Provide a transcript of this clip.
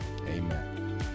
Amen